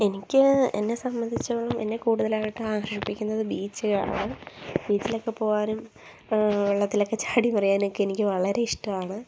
എനിക്ക് എന്നെ സംബന്ധിച്ചോളം എന്നെ കൂടുതലായിട്ട് ആകർഷിപ്പിക്കുന്നത് ബീച്ചിലാണ് ബീച്ചിലൊക്കെ പോകാനും വെള്ളത്തിലൊക്കെ ചാടി മറിയാനുമൊക്കെ എനിക്ക് വളരെ ഇഷ്ടമാണ്